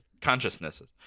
consciousnesses